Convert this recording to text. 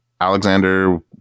Alexander